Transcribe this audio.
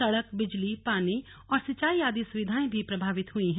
सड़क बिजली पानी और सिंचाई आदि सुविधाएं भी प्रभावित हुई है